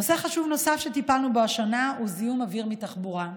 נושא חשוב נוסף שטיפלנו בו השנה הוא זיהום אוויר מתחבורה.